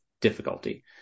difficulty